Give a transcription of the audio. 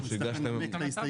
צריך לנמק אותן.